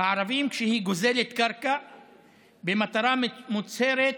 הערבים כשהיא גוזלת קרקע במטרה מוצהרת,